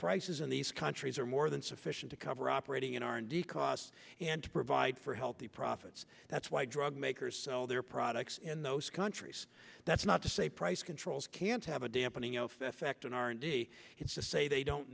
prices in these countries are more than sufficient to cover operating in r and d costs and to provide for healthy profits that's why drug makers sell their products in those countries that's not to say price controls can't have a dampening effect on r and d it's to say they don't